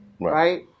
right